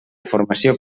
formació